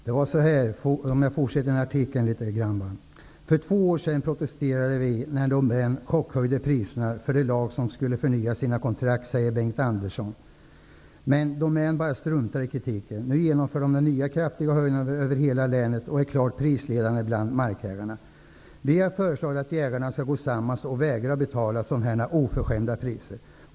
Herr talman! Låt mig fortsätta citera den här artikeln: ''För två år sedan protesterade vi när Domän chockhöjde priserna för de lag som då skulle förnya sina kontrakt, säger Bengt Andersson. Men Domän bara struntar i kritiken. Nu genomför de nya, kraftiga höjningar över hela länet och är klart prisledande bland markägarna. Vi har föreslagit att jägarna ska gå samman och vägra betala sådana här oförskämda priser.''